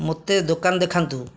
ମୋତେ ଦୋକାନ ଦେଖାନ୍ତୁ